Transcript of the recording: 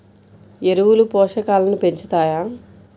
ఎరువులు పోషకాలను పెంచుతాయా?